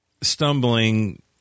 stumbling